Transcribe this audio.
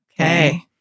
Okay